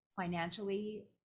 financially